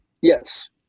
yes